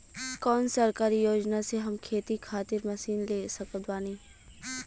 कौन सरकारी योजना से हम खेती खातिर मशीन ले सकत बानी?